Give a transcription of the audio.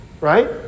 right